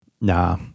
Nah